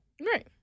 right